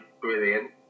brilliant